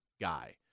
guy